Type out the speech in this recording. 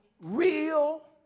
real